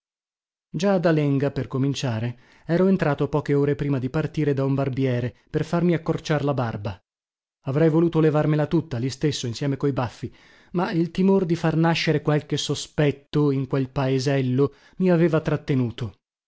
ad alenga per cominciare ero entrato poche ore prima di partire da un barbiere per farmi accorciar la barba avrei voluto levarmela tutta lì stesso insieme coi baffi ma il timore di far nascere qualche sospetto in quel paesello mi aveva trattenuto